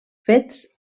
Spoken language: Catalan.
fets